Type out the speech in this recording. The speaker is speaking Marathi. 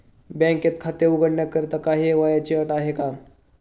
बँकेत खाते उघडण्याकरिता काही वयाची अट आहे का?